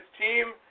team